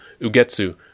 Ugetsu